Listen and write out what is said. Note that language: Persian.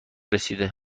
رسیده